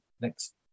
next